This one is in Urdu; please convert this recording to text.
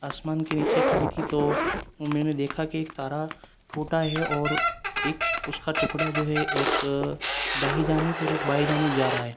آسمان کے نیچے کھڑی تھی تو میں نے دیکھا کہ ایک تارا ٹوٹا ہے اور ایک اس کا ٹکڑا جو ہے ایک دہی جانب اور ایک بائیں جانب جا رہا ہے